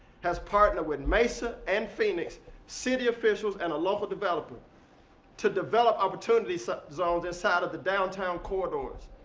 has partnered with mesa and phoenix city officials and a local developer to develop opportunity zones inside of the downtown corridors.